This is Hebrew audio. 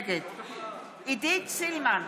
נגד עידית סילמן,